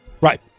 Right